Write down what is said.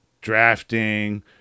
drafting